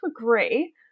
agree